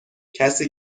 کسی